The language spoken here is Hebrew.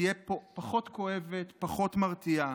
תהיה פחות כואבת, פחות מרתיעה,